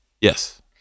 Yes